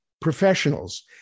professionals